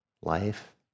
life